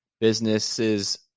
businesses